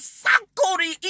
sakuri